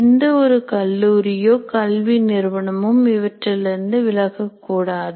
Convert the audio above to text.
எந்த ஒரு கல்லூரியோ கல்வி நிறுவனமும் இவற்றிலிருந்து விலகக்கூடாது